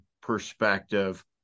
perspective